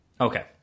Okay